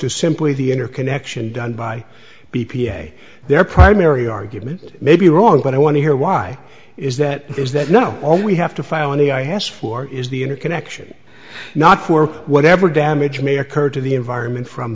to simply the interconnection done by b p a their primary argument may be wrong but i want to hear why is that is that no all we have to file an e i has floor is the inner connection not work whatever damage may occur to the environment from